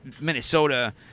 Minnesota